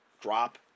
drop